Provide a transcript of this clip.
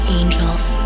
angels